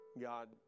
God